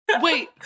Wait